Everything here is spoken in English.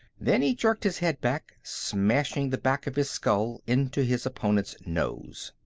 then he jerked his head back, smashing the back of his skull into his opponent's nose.